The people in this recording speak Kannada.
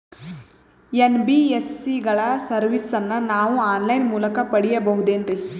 ಎನ್.ಬಿ.ಎಸ್.ಸಿ ಗಳ ಸರ್ವಿಸನ್ನ ನಾವು ಆನ್ ಲೈನ್ ಮೂಲಕ ಪಡೆಯಬಹುದೇನ್ರಿ?